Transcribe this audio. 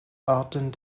arten